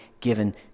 given